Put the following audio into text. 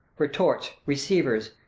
retorts, receivers,